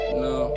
no